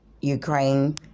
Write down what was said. Ukraine